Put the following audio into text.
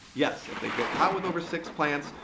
yes, if they get caught with over six plants,